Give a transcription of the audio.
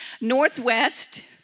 Northwest